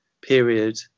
period